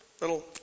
little